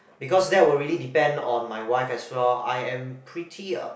because that will really depend on my wife as well I am pretty